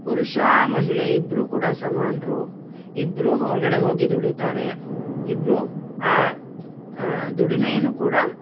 ಪುರುಷ ಮಹಿಳೆ ಇಬ್ಬರೂ ಕೂಡ ಸಮಾನರು ಇಬ್ಬರೂ ಹೊರಗಡೆ ಹೋಗಿ ದುಡೀತಾರೆ ಇಬ್ಬರೂ ದುಡಿಮೆಯನ್ನು ಕೂಡ